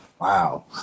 Wow